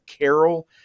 Carol